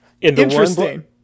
interesting